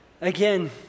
Again